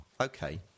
Okay